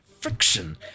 friction